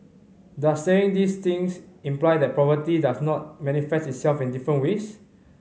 does saying these things imply that poverty does not manifest itself in different ways